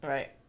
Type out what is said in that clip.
Right